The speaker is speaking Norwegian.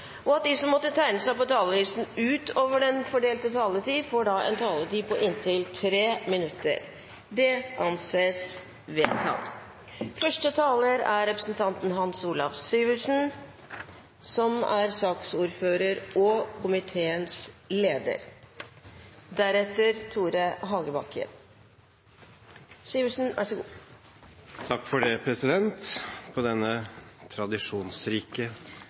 og 5 minutter til statsråden. Videre vil presidenten foreslå at det ikke blir gitt anledning til replikker, og at de som måtte tegne seg på talerlisten utover den fordelte taletid, får en taletid på inntil 3 minutter. – Det anses vedtatt. Takk for det, på denne tradisjonsrike